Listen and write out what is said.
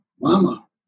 Mama